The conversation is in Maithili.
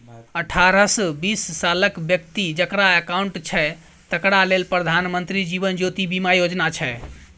अठारहसँ बीस सालक बेकती जकरा अकाउंट छै तकरा लेल प्रधानमंत्री जीबन ज्योती बीमा योजना छै